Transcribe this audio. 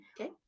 Okay